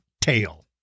tail